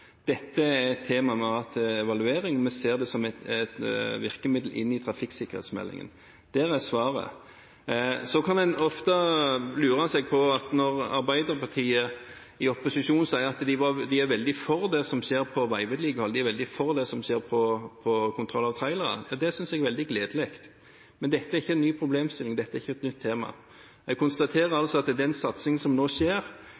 dette er et tema vi har hatt til evaluering, vi ser det som et virkemiddel inn i trafikksikkerhetsmeldingen. Der er svaret. Så kan en ofte lure når Arbeiderpartiet i opposisjon sier at de er veldig for det som skjer på veivedlikehold, og at de er veldig for det som skjer på kontroll av trailere. Det synes jeg er veldig gledelig, men dette er ikke en ny problemstilling. Dette er ikke et nytt tema. Jeg konstaterer at den satsingen som nå skjer,